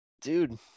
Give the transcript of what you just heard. Dude